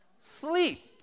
sleep